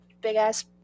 big-ass